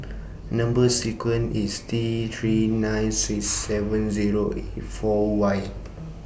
Number sequence IS T three nine six seven Zero eight four Y